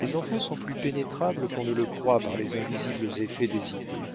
les enfants sont plus pénétrables qu'on ne le croit par les invisibles effets des idées